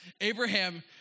Abraham